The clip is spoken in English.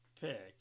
pick